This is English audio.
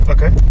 Okay